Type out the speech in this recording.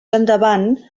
endavant